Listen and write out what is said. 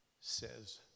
says